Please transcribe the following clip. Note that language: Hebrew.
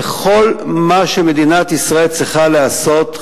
וכל מה שמדינת ישראל צריכה לעשות,